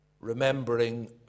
Remembering